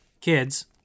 Kids